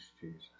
Jesus